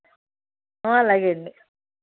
అలాగే అండి